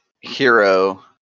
hero